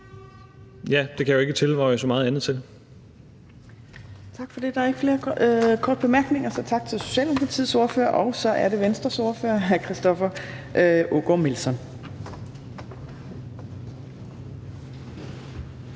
Fjerde næstformand (Trine Torp): Tak for det. Der er ikke flere korte bemærkninger, så tak til Socialdemokratiets ordfører. Og så er det Venstres ordfører, hr. Christoffer Aagaard Melson.